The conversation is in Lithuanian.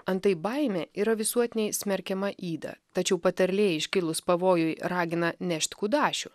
antai baimė yra visuotiniai smerkiama yda tačiau patarlė iškilus pavojui ragina nešt kudašių